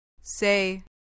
Say